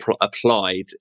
applied